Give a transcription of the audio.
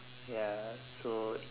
ya so